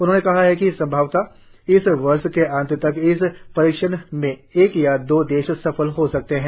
उन्होंने कहा कि संभवत इस वर्ष के अंत तक इस परीक्षण में एक या दो देश सफल हो सकते हैं